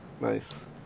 Nice